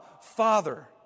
father